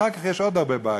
אחר כך יש עוד הרבה בעיות,